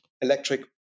electric